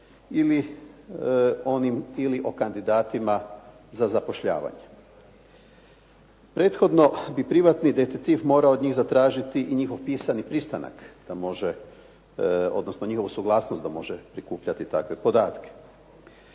ili o kandidatima za zapošljavanje. Prethodno bi privatni detektiv morao od njih zatražiti i njihov pisani pristanak da može, odnosno njihovu suglasnost da može prikupljati takve podatke.